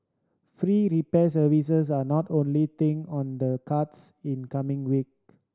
free repair services are not only thing on the cards in coming week